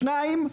שניים,